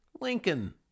Lincoln